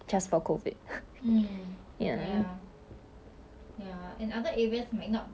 harsh on like 一定要带 mask or whatever so like you never know so 你到那边你还是要带 mask [what]